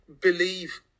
believe